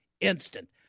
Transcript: instant